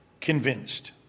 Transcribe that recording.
convinced